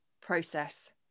process